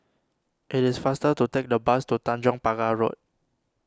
it is faster to take the bus to Tanjong Pagar Road